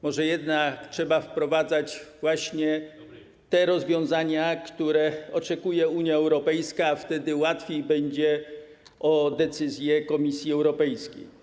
Może jednak trzeba wprowadzać właśnie te rozwiązania, których oczekuje Unia Europejska, a wtedy łatwiej będzie o decyzję Komisji Europejskiej?